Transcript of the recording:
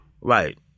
Right